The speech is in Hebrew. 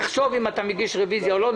תחשוב אם אתה מגיש רוויזיה או לא.